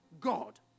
God